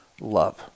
Love